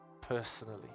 personally